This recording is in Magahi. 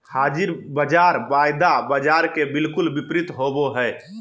हाज़िर बाज़ार वायदा बाजार के बिलकुल विपरीत होबो हइ